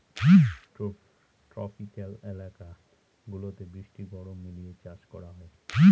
tropical এলাকা গুলাতে বৃষ্টি গরম মিলিয়ে চাষ করা হয়